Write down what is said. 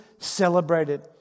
celebrated